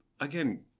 again